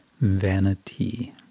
vanity